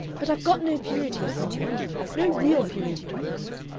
but i've got no purity of mind no real purity of mind.